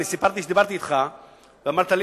סיפרתי שדיברתי אתך ואמרת לי,